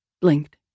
blinked